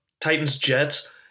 Titans-Jets